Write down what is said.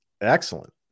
excellent